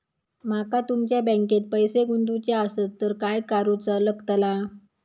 माका तुमच्या बँकेत पैसे गुंतवूचे आसत तर काय कारुचा लगतला?